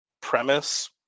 premise